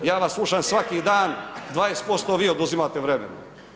Ja vas slušam svaki dan, 20% vi oduzimate vremena.